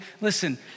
listen